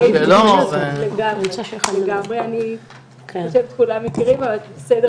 אני חושבת שכולם מכירים אבל בסדר גמור.